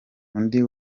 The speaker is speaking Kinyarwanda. undi